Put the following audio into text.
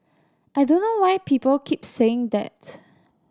I don't know why people keep saying that